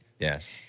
Yes